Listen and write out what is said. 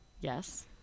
Yes